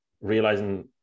realizing